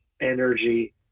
energy